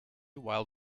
while